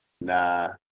Nah